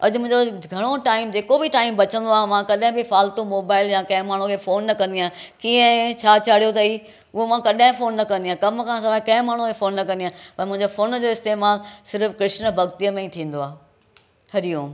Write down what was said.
अॼु मुंहिंजो घणो टाइम जेको बि टाइम बचंदो आहे मां कॾहिं बि फालतू मोबाइल या कंहिं माण्हू खे फोन न कंदी आहियां कीअं आहे छा चाड़ियो अथई उहा मां कॾहिं फोन न कंदी आहियां कम खां सवाइ कंहिं माण्हू खे फोन न कंदी आहियां मुंहिंजो फोन जो इस्तेमाल सिर्फ़ु कृष्ण भक्ती में ई थींदो आहे हरी ओम